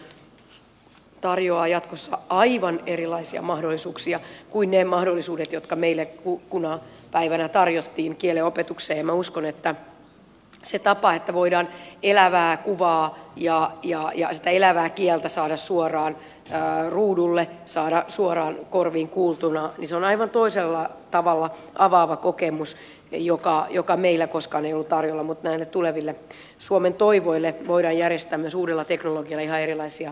teknologia tarjoaa jatkossa aivan erilaisia mahdollisuuksia kuin ne mahdollisuudet jotka meille kuuna päivänä tarjottiin kielenopetukseen ja minä uskon että se tapa että voidaan elävää kuvaa ja sitä elävää kieltä saada suoraan ruudulle saada suoraan korviin kuultuna on aivan toisella tavalla avaava kokemus jota meille koskaan ei ollut tarjolla mutta näille tuleville suomen toivoille voidaan järjestää myös uudella teknologialla ihan erilaisia sisältöjä kieltenopetukseen